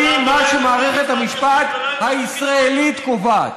לפי מה שמערכת המשפט הישראלית קובעת.